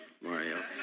Mario